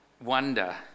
wonder